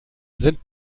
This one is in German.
sind